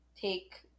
take